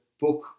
book